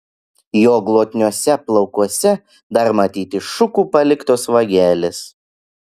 jo glotniuose plaukuose dar matyti šukų paliktos vagelės